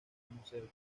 museo